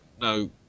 no